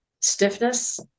stiffness